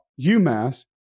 UMass